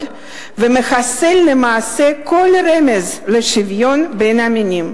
ומחסלת למעשה כל רמז לשוויון בין המינים.